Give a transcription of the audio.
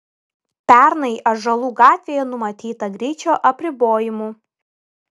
pernai ąžuolų gatvėje numatyta greičio apribojimų